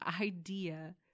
idea